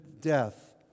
death